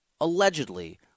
allegedly